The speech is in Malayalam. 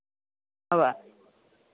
ഉവ്വ്